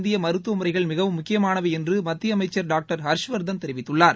இந்திய மருத்துவ முறைகள் மிகவும் முக்கியமானவை என்று மத்திய அமைச்ச் டாக்டர் ஹர்ஷ் வர்த்தன் தெரிவித்துள்ளார்